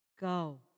Go